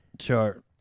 Sure